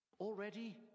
Already